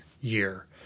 year